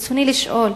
ברצוני לשאול: